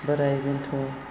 बोराय बेन्थ'